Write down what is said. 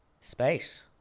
space